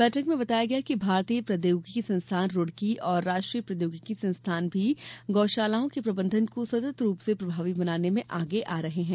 बैठक में बताया गया कि भारतीय प्रौदयोगिकी संस्थान रुड़की और राष्ट्रीय प्रौदयोगिकी संस्थानों भी गौ शालाओं के प्रबंधन को सतत् रूप से प्रभावी बनाने में आगे आ रहे हैं